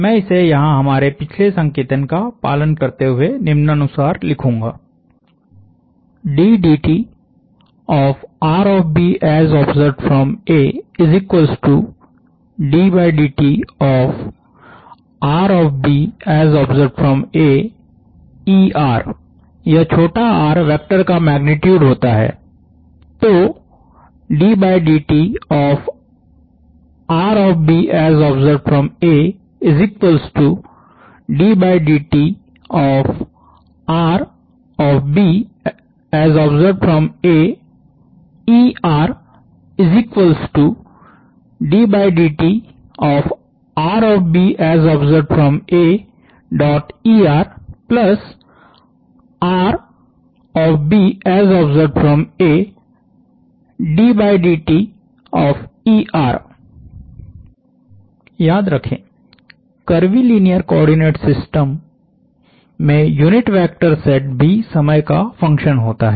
मैं इसे यहां हमारे पिछले संकेतन का पालन करते हुए निम्नानुसार लिखूंगा यह छोटा r वेक्टर का मैग्नीट्यूड होता है तो याद रखें कर्वीलीनियर कोआर्डिनेट सिस्टम्स में यूनिट वेक्टर सेट भी समय का फंक्शन होता हैं